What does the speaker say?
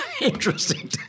interesting